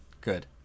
Good